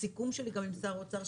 הסיכום שלי עם שר האוצר,